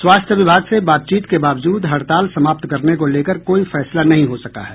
स्वास्थ्य विभाग से बातचीत के बावजूद हड़ताल समाप्त करने को लेकर कोई फैसला नहीं हो सका है